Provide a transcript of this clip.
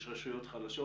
יש רשויות חלשות.